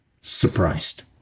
surprised